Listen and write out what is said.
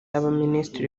y’abaminisitiri